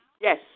Yes